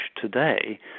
today